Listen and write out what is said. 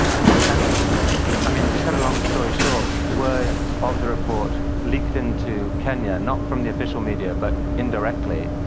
and and i mean, to cut a long story short word of the report leaked into kenya, not from the official media, but indirectly,